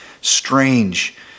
strange